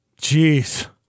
Jeez